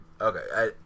Okay